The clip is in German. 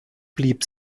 blieb